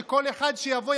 שכל אחד שיבוא,